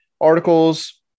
articles